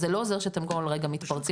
אז זה לא עוזר שאתם כל רגע מתפרצים לדיון.